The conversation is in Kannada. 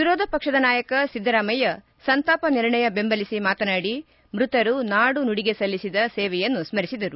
ವಿರೋಧಪಕ್ಷದ ನಾಯಕ ಸಿದ್ಧರಾಮಯ್ಯ ಸಂತಾಪ ನಿರ್ಣಯ ಬೆಂಬಲಿಸಿ ಮಾತನಾಡಿ ಮೃತರು ನಾಡು ನುಡಿಗೆ ಸಲ್ಲಿಸಿದ ಸೇವೆಯನ್ನು ಸ್ಮರಿಸಿದರು